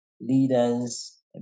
leaders